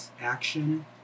action